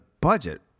budget